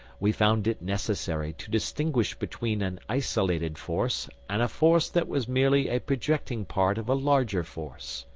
we found it necessary to distinguish between an isolated force and a force that was merely a projecting part of a larger force.